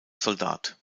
soldat